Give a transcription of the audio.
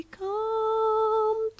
come